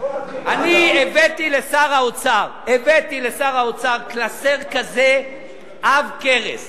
הבאתי לשר האוצר קלסר כזה עב כרס